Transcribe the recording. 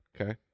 Okay